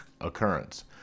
occurrence